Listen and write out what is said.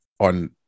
on